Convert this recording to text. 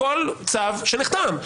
כל צו שנחתם,